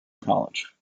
college